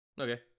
okay